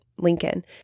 Lincoln